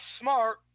smart